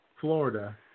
Florida